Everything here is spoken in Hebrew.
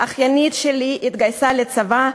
אחיינית שלי התגייסה לצבא.